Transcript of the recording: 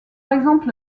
exemple